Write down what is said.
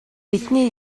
бидний